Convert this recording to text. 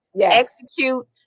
execute